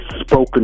spoken